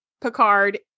Picard